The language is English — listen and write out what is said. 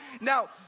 Now